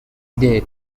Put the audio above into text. date